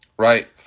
Right